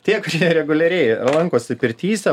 tie kurie reguliariai lankosi pirtyse